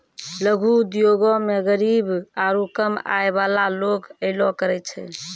लघु उद्योगो मे गरीब आरु कम आय बाला लोग अयलो करे छै